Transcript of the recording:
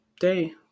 day